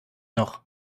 noch